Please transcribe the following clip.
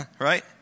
right